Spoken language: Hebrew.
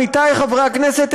עמיתי חברי הכנסת,